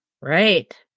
right